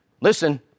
Listen